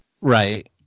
Right